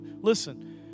listen